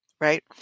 right